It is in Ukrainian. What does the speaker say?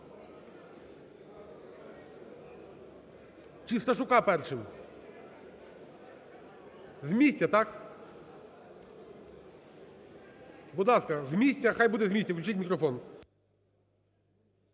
Чи Сташука першим? З місця, так? Будь ласка, з місця, хай буде з місця. Включіть мікрофон.